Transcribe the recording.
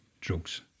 drugs